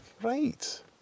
Right